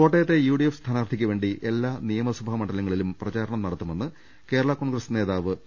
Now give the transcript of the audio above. കോട്ടയത്തെ യുഡിഎഫ് സ്ഥാനാർഥിക്ക് വേണ്ടി എല്ലാ നിയമസഭാ മണ്ഡലങ്ങളിലും പ്രചാരണം നടത്തുമെന്ന് കേരള കോൺഗ്രസ് നേതാവ് പി